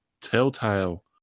Telltale